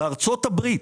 בארצות הברית,